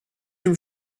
dem